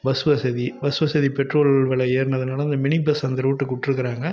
bus வசதி bus வசதி petrol வெலை ஏறுனதுனால் அந்த மினி பஸ் அந்த ரூட்டுக்கு விட்ருக்குறாங்க